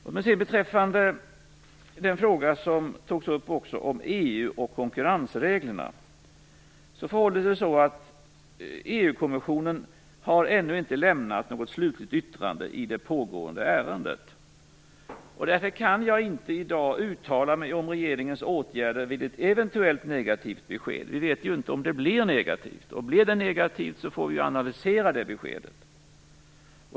Låt mig sedan beträffande EU och konkurrensreglerna säga att EU-kommissionen ännu inte lämnat något slutligt yttrande i det pågående ärendet. Därför kan jag inte i dag uttala mig om regeringens åtgärder vid ett eventuellt negativt besked. Vi vet ju inte om det blir negativt. Blir det negativt får vi analysera beskedet.